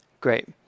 Great